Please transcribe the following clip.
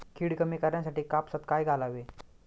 कीड कमी करण्यासाठी कापसात काय घालावे?